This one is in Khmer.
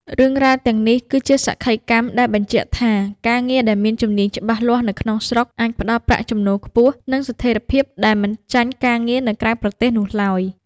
រឿងរ៉ាវទាំងនេះគឺជាសក្ខីកម្មដែលបញ្ជាក់ថា ការងារដែលមានជំនាញច្បាស់លាស់នៅក្នុងស្រុក អាចផ្ដល់ប្រាក់ចំណូលខ្ពស់ និងស្ថិរភាពដែលមិនចាញ់ការងារនៅក្រៅប្រទេសនោះឡើយ។